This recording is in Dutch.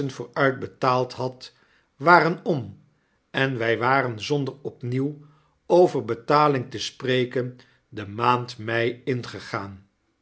vooruit betaald had waren om en wy waren zonder opnieuw over betaling te spreken de maand mei ingegaan